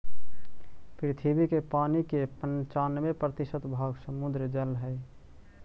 पृथ्वी के पानी के पनचान्बे प्रतिशत भाग समुद्र जल हई